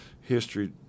history